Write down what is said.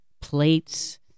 plates